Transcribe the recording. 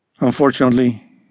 Unfortunately